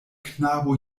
knabo